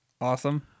awesome